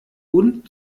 und